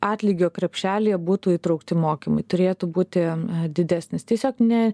atlygio krepšelyje būtų įtraukti mokymai turėtų būti didesnis tiesiog ne